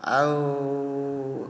ଆଉ